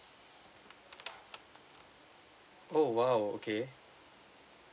oh !wow! okay